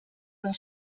war